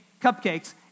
cupcakes